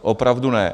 Opravdu ne.